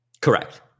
Correct